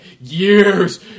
years